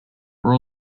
were